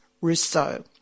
Rousseau